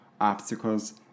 obstacles